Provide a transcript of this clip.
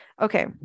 Okay